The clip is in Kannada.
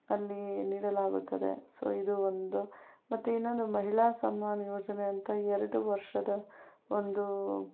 ಅಲ್ಲಿ ನೀಡಲಾಗುತ್ತದೆ ಸೊ ಇದು ಒಂದು ಮತ್ತು ಇನ್ನೊಂದು ಮಹಿಳಾ ಸಮ್ಮಾನ್ ಯೋಜನೆ ಅಂತ ಎರಡು ವರ್ಷದ ಒಂದು